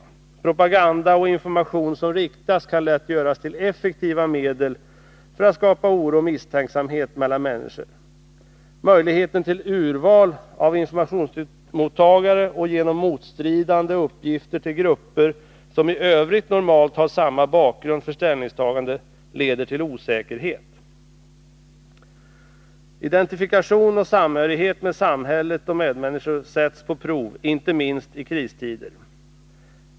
Selektiv propaganda och riktad information kan lätt göras till effektiva medel för att skapa oro och misstänksamhet mellan månniskor. Möjligheten till urval av informationsmottagare och motstridiga uppgifter till grupper som i övrigt normalt har samma bakgrund för ställningstagande leder till osäkerhet. Identifikationen och samhörigheten med samhället och med medmänniskor sätts på prov —- inte minst i kristider.